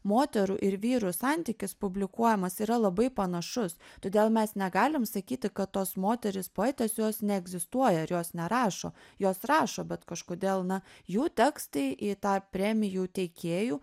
moterų ir vyrų santykis publikuojamas yra labai panašus todėl mes negalim sakyti kad tos moterys poetės jos neegzistuoja ir jos nerašo jos rašo bet kažkodėl na jų tekstai į tą premijų teikėjų